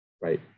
right